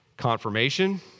Confirmation